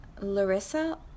Larissa